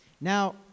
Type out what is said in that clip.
Now